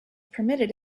permitted